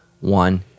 one